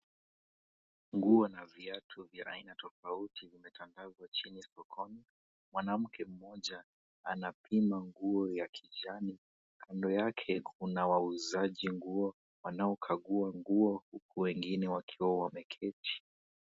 Nguo na viatu vya aina tofauti vimetandazwa chini sokoni. Mwanamke 𝑚𝑚𝑜𝑗𝑎 anapima nguo ya kijani, kando yake kuna wauzaji nguo wanaok𝑎gua nguo huku wengine wakiwa wameketi.